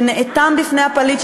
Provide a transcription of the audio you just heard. שנאטם בפני הפליט,